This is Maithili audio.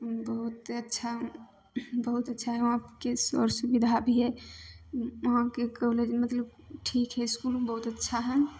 बहुते अच्छा बहुत अच्छा हइ उहाँके सर सुविधा भी हइ उहाँके कॉलेज मतलब ठीक हइ इसकुल भी बहुत अच्छा हइ